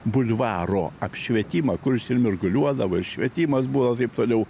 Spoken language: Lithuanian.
bulvaro apšvietimą kuris ir mirguliuodavo ir švietimas buvo taip toliau